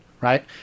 Right